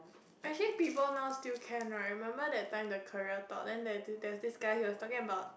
actually people now still can right remember that time the career talk then there was this guy he was talking about